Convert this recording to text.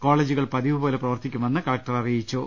കോളേജുകൾ പതിവു പോലെ പ്രവർത്തിക്കുമെന്ന് കലക്ടർ അറിയിച്ചു